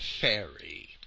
fairy